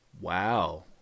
Wow